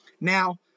Now